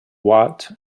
watt